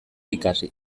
ikasi